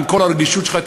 עם כל הרגישות שלך,